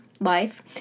life